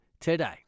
today